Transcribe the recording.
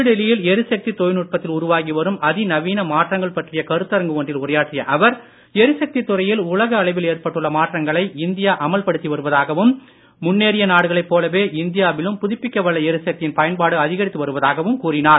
புதுடெல்லியில் எரிசக்தி தொழில்நுட்பத்தில் உருவாகி வரும் அதிநவீன மாற்றங்கள் பற்றிய கருத்தரங்கு ஒன்றில் உரையாற்றிய அவர் எரி சக்தி துறையில் உலக அளவில் ஏற்பட்டுள்ள மாற்றங்களை இந்தியா அமல் படுத்தி வருவதாகவும் முன்னேறிய நாடுகளைப் போலவே இந்தியாவிலும் புதுப்பிக்கவல்ல எரிசக்தியின் பயன்பாடு அதிகரித்து வருவதாகவும் கூறினார்